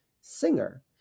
singer